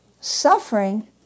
Suffering